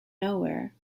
nowhere